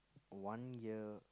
one year